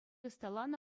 ӑсталанӑ